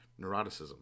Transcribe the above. neuroticism